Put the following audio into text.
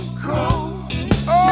cold